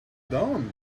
done